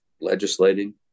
legislating